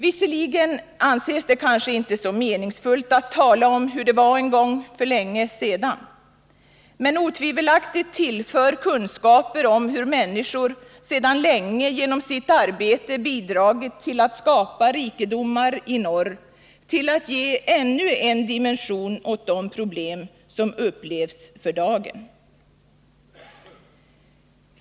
Visserligen anses det karske inte så meningsfullt att tala om hur det var en gång för länge sedan. Men otvivelaktigt tillför kunskaper om hur människor sedan länge genom sitt arbete bidragit till att skapa rikedomar i norr ännu en dimension åt de problem som upplevs för dagen.